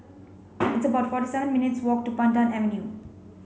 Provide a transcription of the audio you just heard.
it's about forty seven minutes' walk to Pandan Avenue